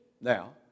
Now